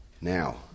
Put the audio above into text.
Now